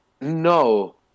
No